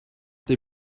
they